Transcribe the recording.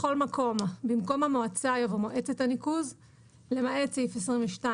בכל מקום (א)במקום "המועצה" יבוא "מועצת הניקוז"; (ב)למעט סעיף 22,